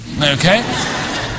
okay